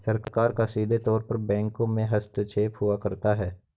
सरकार का सीधे तौर पर बैंकों में हस्तक्षेप हुआ करता है